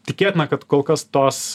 tikėtina kad kol kas tos